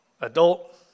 Adult